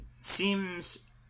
seems